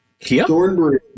Thornbury